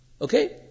Okay